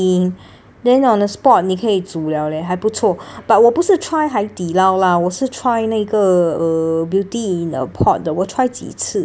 then on the spot 你可以煮 liao leh 还不错 but 我不是 try 海底捞 lah 我是 try 那个 uh beauty in a pot 的我 try 几次 so